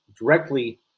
directly